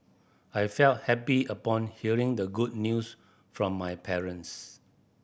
I felt happy upon hearing the good news from my parents